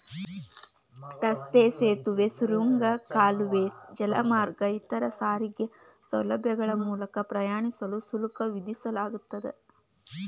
ರಸ್ತೆ ಸೇತುವೆ ಸುರಂಗ ಕಾಲುವೆ ಜಲಮಾರ್ಗ ಇತರ ಸಾರಿಗೆ ಸೌಲಭ್ಯಗಳ ಮೂಲಕ ಪ್ರಯಾಣಿಸಲು ಶುಲ್ಕ ವಿಧಿಸಲಾಗ್ತದ